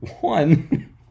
one